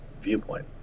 viewpoint